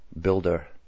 builder